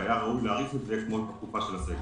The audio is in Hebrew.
והיה ראוי להאריך את זה כמו התקופה של הסגר.